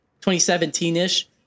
2017-ish